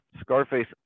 Scarface